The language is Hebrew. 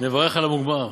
נברך על המוגמר.